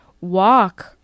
Walk